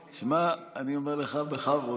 שמע, אני אומר לך: בכבוד.